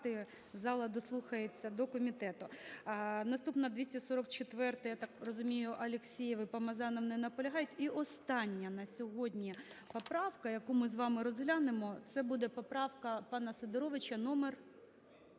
зала дослухається до комітету. Наступна –244-а. Я так розумію, Алексєєв іПомазанов не наполягають. І остання на сьогодні поправка, яку ми з вами розглянемо, це буде поправка пана Сидоровича номер